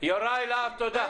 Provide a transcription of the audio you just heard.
יוראי להב, תודה.